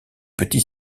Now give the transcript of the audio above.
petit